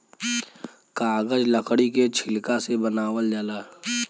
कागज लकड़ी के छिलका से बनावल जाला